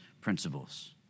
principles